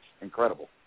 incredible